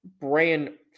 Brian